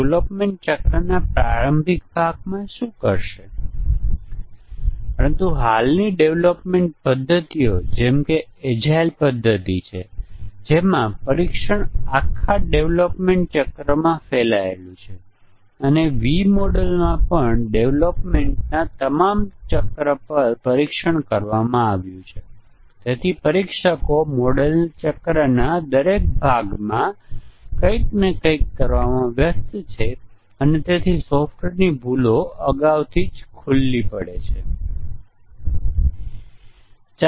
હવે integration testing મોડ્યુલો અથવા યુનિટ ો એકબીજાને કેવી રીતે બોલાવે છે તેના પર આધારિત છે અને તેઓ એકબીજાને કેવી રીતે બોલાવે છે તેનું એક ઉદાહરણ રજૂઆત એ એક માળખું ચાર્ટ છે અને એકવાર આપણી પાસે આ મોડ્યુલ માળખું ઉપલબ્ધ હોય મોડ્યુલ માળખું એ છે કે મોડ્યુલો કેવી રીતે કરે છે એકબીજાને તેના આધારે આપણે વિવિધ પ્રકારનું ઈન્ટીગ્રેશન ટેસ્ટીંગ કરી શકીએ છીએ આપણી પાસે બિગ બેંગ અભિગમ ઉપરથી નીચેનો અભિગમ નીચેનો અભિગમ અને મિશ્ર અભિગમ અથવા સેન્ડવિચ અભિગમ હોઈ શકે છે